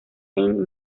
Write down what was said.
anne